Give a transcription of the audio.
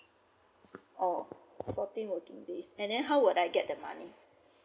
oh fourteen working days and then how would I get the money